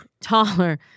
Taller